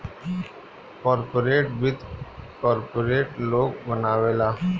corporate वित्त corporate लोग बनावेला